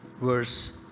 verse